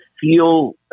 feel